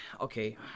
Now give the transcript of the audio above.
okay